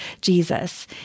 Jesus